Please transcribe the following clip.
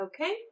Okay